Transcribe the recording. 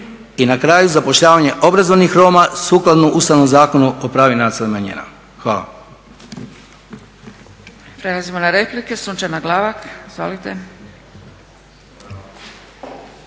I na kraju zapošljavanje obrazovanih Roma sukladno Ustavnom zakonu o pravima nacionalnih manjina. Hvala.